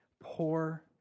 poor